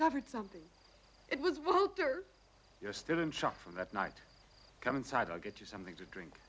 covered something it was both or you're still in shock from that night come inside i'll get you something to drink